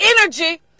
energy